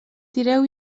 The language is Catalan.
tireu